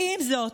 עם זאת,